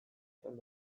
izan